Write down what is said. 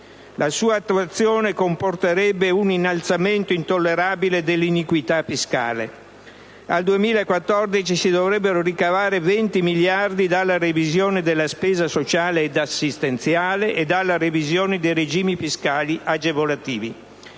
della delega comporterebbe un innalzamento intollerabile dell'iniquità fiscale. Al 2014 si dovrebbero ricavare 20 miliardi dalla revisione della spesa sociale ed assistenziale e dalla revisione dei regimi fiscali agevolativi.